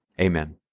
Amen